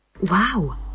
Wow